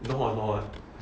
not hot not hot